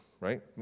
right